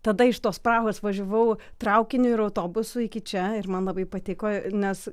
tada iš tos prahos važiavau traukiniu ir autobusu iki čia ir man labai patiko nes